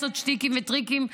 לעשות שטיקים וטריקים?